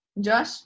Josh